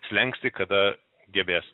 slenkstį kada gebės